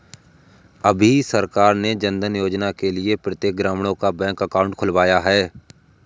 अभी सरकार ने जनधन योजना के लिए प्रत्येक ग्रामीणों का बैंक अकाउंट खुलवाया है